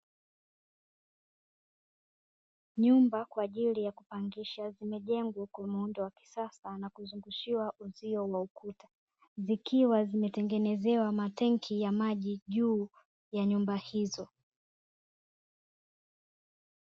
Nyumba kwaajili ya kupangisha zimejenga kwa muundo wa kisasa na kuzungushiwa uzio wa ukuta, Zikiwa zimetengenezewa matenki ya maji juu ya nyumba hizo.